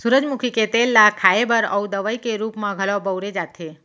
सूरजमुखी के तेल ल खाए बर अउ दवइ के रूप म घलौ बउरे जाथे